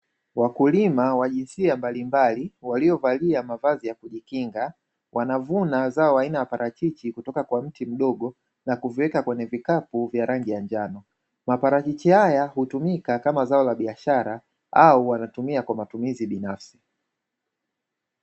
Wakulima wa jinsia mbalimbali waliovalia mavazi ya kujikinga, wanavuna mazao aina ya parachichi kutoka kwenye miti mdogo na kuviweka kwenye vikapu vya rangi ya njano, maparachichi haya hutumika kama zao la biashara au wanatumia kwa matumizi binafsi.